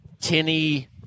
tinny